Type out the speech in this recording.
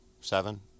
seven